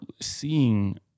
seeing